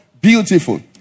beautiful